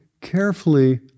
carefully